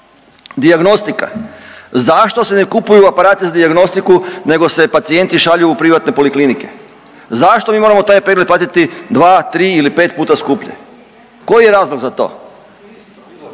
Dijagnostika, zašto se ne kupuju aparati za dijagnostiku nego se pacijenti šalju u privatne poliklinike? Zašto mi moramo taj pregled platiti 2, 3 ili 5 puta skuplje, koji je razlog za to,